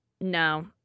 No